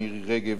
יריב לוין,